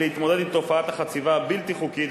היא להתמודד עם תופעת החציבה הבלתי-חוקית,